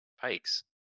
pikes